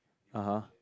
(uh huh)